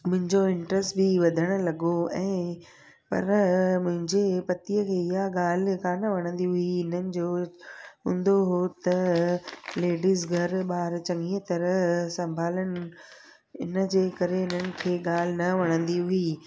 मुंहिंजो इंट्रैस्ट बि वधणु लॻो ऐं पर मुंहिंजे पतीअ खे इहा ॻाल्हि कान वणंदी हुई हिननि जो हूंदो हुओ त लेडिस घरु बारु चङीअ तरह संभालनि इन जे करे हिननि खे ॻाल्हि न वणंदी हुई